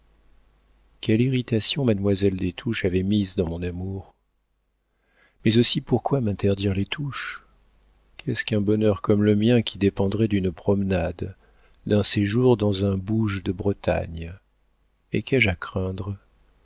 quelle irritation mademoiselle des touches avait mise dans mon amour mais aussi pourquoi m'interdire les touches qu'est-ce qu'un bonheur comme le mien qui dépendrait d'une promenade d'un séjour dans un bouge de bretagne et qu'ai-je à craindre